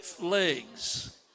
legs